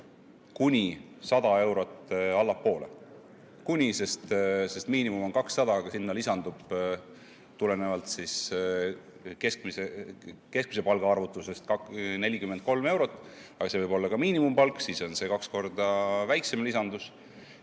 kuni 100 eurot allapoole – kuni, sest miinimum on 200, aga sinna lisandub keskmise palga arvutusest tulenevalt 43 eurot. Aga see võib olla ka miinimumpalk, siis on see kaks korda väiksem lisandus,